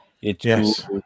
Yes